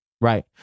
right